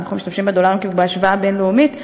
אנחנו משתמשים בדולרים בהשוואה בין-לאומית,